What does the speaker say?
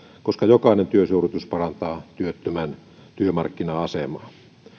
koska jokainen työsuoritus parantaa työttömän työmarkkina asemaa tämä lisää osa